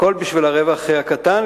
הכול בשביל הרווח הקטן.